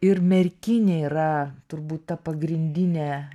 ir merkinė yra turbūt ta pagrindinė